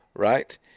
Right